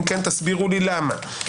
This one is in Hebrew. אם כן, תסבירו למה.